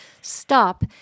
stop